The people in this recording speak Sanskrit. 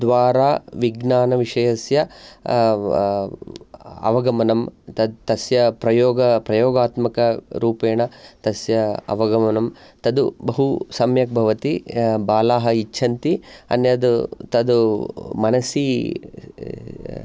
द्वारा विज्ञानविषयस्य अवगमनम् तत् तस्य प्रयोग प्रयोगात्मकरूपेण तस्य अवगमनं तद् बहुसम्यक् भवति बालाः इच्छन्ति अन्यद् तद् मनसि